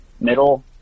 middle